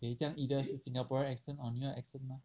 okay 这样 either 是 singaporean or New York accent mah